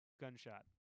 Gunshot